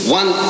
one